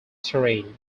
terrain